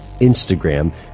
Instagram